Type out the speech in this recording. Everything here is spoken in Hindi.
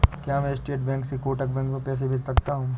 क्या मैं स्टेट बैंक से कोटक बैंक में पैसे भेज सकता हूँ?